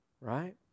right